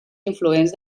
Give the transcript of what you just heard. influents